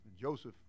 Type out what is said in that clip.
Joseph